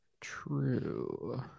True